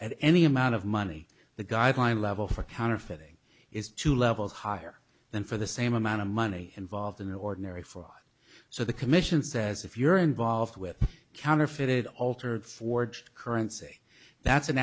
at any amount of money the guideline level for counterfeiting is two levels higher than for the same amount of money involved in an ordinary fraud so the commission says if you're involved with counterfeit altered forged currency that's an